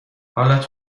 حالت